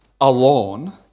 alone